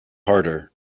harder